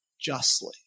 justly